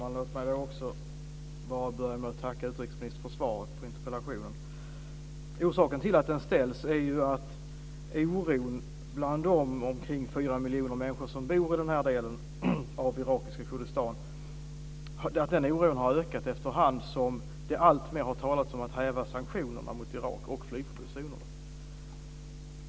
Fru talman! Låt mig bara börja med att tacka utrikesministern för svaret på interpellationen. Orsaken till att den ställs är ju att oron bland de omkring fyra miljoner människor som bor i den här delen av irakiska Kurdistan har ökat efterhand som det alltmer har talats om att häva sanktionerna mot Irak och flygförbudszonerna.